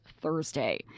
Thursday